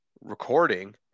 recording